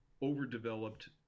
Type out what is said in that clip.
overdeveloped